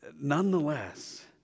nonetheless